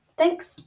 Thanks